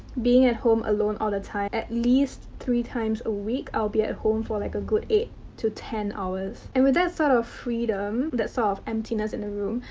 being at home alone all the time, at least three times a week. i'll be at home for like a good eight to ten hours. and, with that sort of freedom that sort of emptiness in the room,